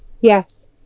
Yes